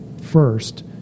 first